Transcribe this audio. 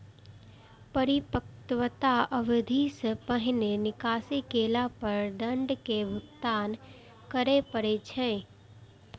परिपक्वता अवधि सं पहिने निकासी केला पर दंड के भुगतान करय पड़ै छै